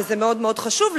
וזה מאוד מאוד חשוב,